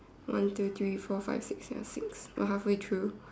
one two three four five six ya six we are half way through